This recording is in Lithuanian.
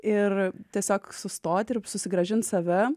ir tiesiog sustoti ir susigrąžint save